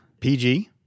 PG